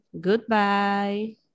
Goodbye